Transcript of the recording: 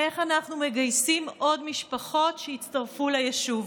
איך אנחנו מגייסים עוד משפחות שיצטרפו ליישוב.